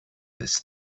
this